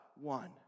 one